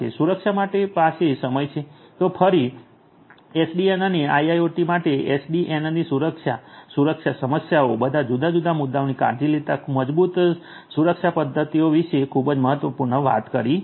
સુરક્ષા મારી પાસે સમય છે તો ફરી એસડીએન અને આઈઆઈઓટી માટે એસડીએનની સુરક્ષા સુરક્ષા સમસ્યાઓ બધા જુદા જુદા મુદ્દાઓની કાળજી લેતા મજબૂત સુરક્ષા પદ્ધતિઓ વિશે ખૂબ જ મહત્વપૂર્ણ વાત કરી છે